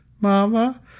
Mama